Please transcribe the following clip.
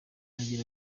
agira